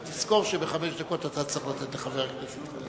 רק תזכור שבחמש דקות אתה צריך לתת לחבר הכנסת,